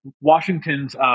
Washington's